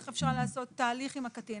איך אפשר לעשות תהליך עם הקטין.